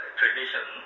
tradition